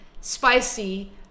spicy